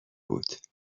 بود